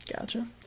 Gotcha